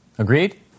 Agreed